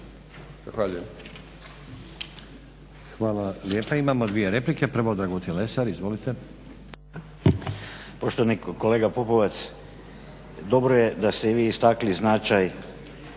Hvala lijepa. Imamo dvije replike, prvo Dragutin Lesar. Izvolite.